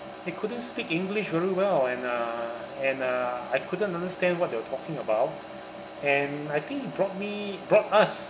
they couldn't speak english very well and uh and uh I couldn't understand what they were talking about and I think he brought me brought us